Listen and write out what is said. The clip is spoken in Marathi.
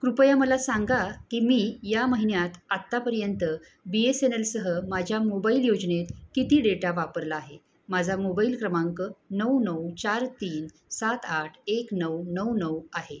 कृपया मला सांगा की मी या महिन्यात आत्तापर्यंत बी एस एन एलसह माझ्या मोबाईल योजनेत किती डेटा वापरला आहे माझा मोबाईल क्रमांक नऊ नऊ चार तीन सात आठ एक नऊ नऊ नऊ आहे